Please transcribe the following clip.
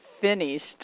finished